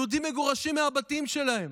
יהודים מגורשים מהבתים שלהם,